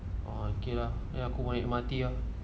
ah okay lah aku boleh mati ah